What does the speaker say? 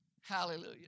Hallelujah